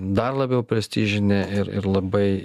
dar labiau prestižinė ir ir labai